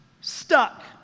stuck